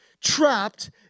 trapped